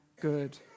good